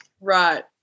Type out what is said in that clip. Right